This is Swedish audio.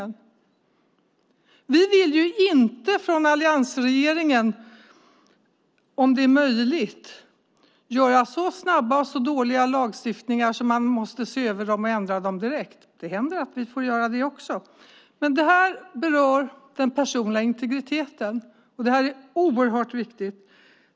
Om det är möjligt vill vi från alliansregeringen inte vara så snabba och införa dåliga lagstiftningar att man måste se över och ändra dem direkt. Det händer att vi får göra det också, men detta berör den personliga integriteten och är oerhört viktigt.